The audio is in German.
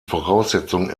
voraussetzung